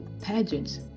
pageants